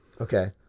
Okay